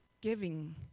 giving